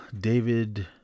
David